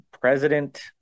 president